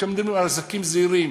כשאני מדבר על עסקים זעירים,